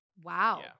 Wow